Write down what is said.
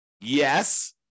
Yes